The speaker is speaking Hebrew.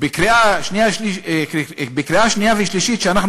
המובאת לקריאה שנייה ושלישית ואנחנו